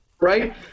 right